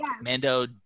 Mando